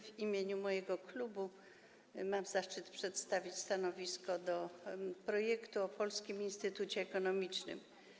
W imieniu mojego klubu mam zaszczyt przedstawić stanowisko wobec projektu ustawy o Polskim Instytucie Ekonomicznym.